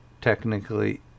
technically